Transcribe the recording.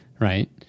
right